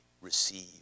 receive